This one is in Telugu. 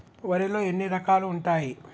వరిలో ఎన్ని రకాలు ఉంటాయి?